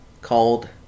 called